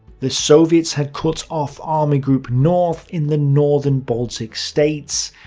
the soviets had cut off army group north in the northern baltic states.